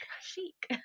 chic